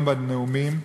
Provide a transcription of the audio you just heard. היום בנאומים,